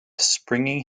springy